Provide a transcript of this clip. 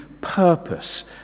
purpose